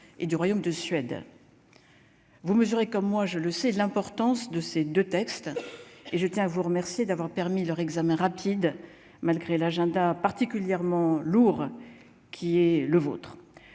et du royaume de Suède. Vous mesurez comme moi je le sais, l'importance de ces deux textes et je tiens à vous remercier d'avoir permis leur examen rapide malgré l'agenda particulièrement lourd, qui est le vôtre,